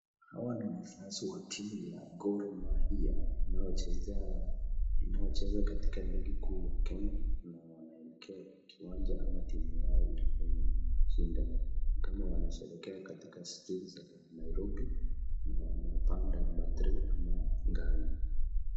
Hawa ni wafuasi wa timu ya gor mahia inayocheza katika ligi kuu ya Kenya na wanaelekea kwa kiwanja ama timu yao ilikuwa imeshinda ni kama wanasherehekea katika steji za Nairobi na wanapanda mathree ama nganya